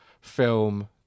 film